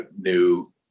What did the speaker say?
new